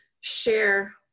share